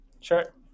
sure